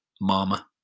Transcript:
mama